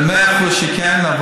במאה אחוז שכן.